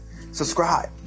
Subscribe